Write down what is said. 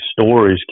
stories